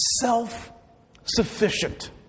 self-sufficient